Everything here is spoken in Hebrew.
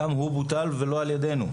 גם הוא בוטל, ולא על ידינו.